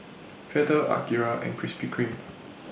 Feather Akira and Krispy Kreme